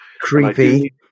Creepy